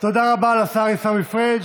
תודה רבה לשר עיסאווי פריג'.